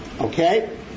Okay